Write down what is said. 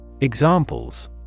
Examples